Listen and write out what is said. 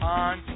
on